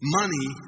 money